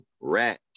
Rat